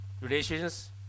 relations